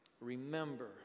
Remember